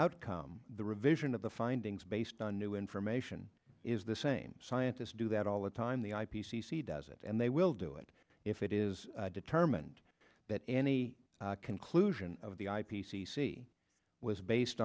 outcome the revision of the findings based on new information is the same scientists do that all the time the i p c c does it and they will do it if it is determined that any conclusion of the i p c c was based